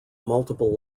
multiple